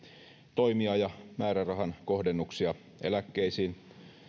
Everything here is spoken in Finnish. toimia ja määrärahan kohdennuksia eläkkeisiin